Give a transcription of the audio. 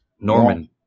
Norman